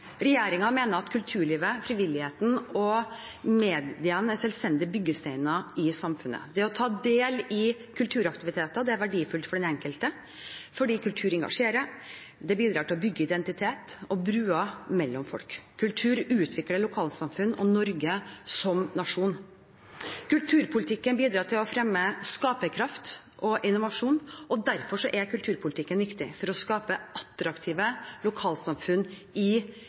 mener at kulturlivet, frivilligheten og media er selvstendige byggesteiner i samfunnet. Det å ta del i kulturaktiviteter er verdifullt for den enkelte, fordi kultur engasjerer og bidrar til å bygge identitet og broer mellom folk. Kultur utvikler lokalsamfunn og Norge som nasjon. Kulturpolitikken bidrar til å fremme skaperkraft og innovasjon, og derfor er kulturpolitikken viktig for å skape attraktive lokalsamfunn i